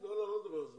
אני לא מדבר על זה.